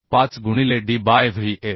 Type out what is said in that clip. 5 गुणिले d by Vf